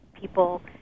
people